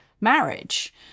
marriage